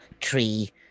tree